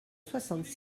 soixante